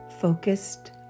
focused